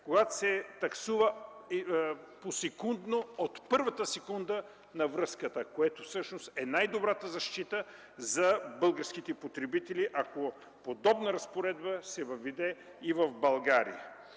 където се таксува посекундно от първата секунда на връзката, което е най-добрата защита за българските потребители, ако подобна разпоредба се въведе и в България.